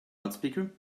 loudspeaker